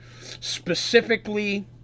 Specifically